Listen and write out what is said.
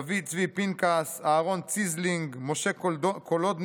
דוד צבי פנקס, אהרן ציזלינג, משה קולודני,